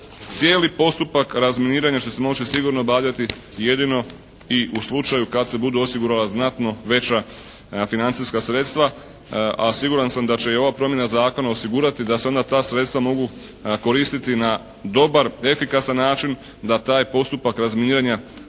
cijeli postupak razminiranja će se moći sigurno obavljati jedino i u slučaju kada se budu osigurala znatno veća financijska sredstva, a siguran sam da će i ova promjena zakona osigurati da se onda ta sredstva mogu koristiti na dobar efikasan način, da taj postupak razminiranja